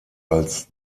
als